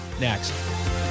next